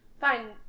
Fine